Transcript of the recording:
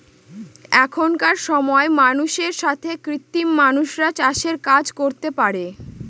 এখনকার সময় মানুষের সাথে কৃত্রিম মানুষরা চাষের কাজ করতে পারে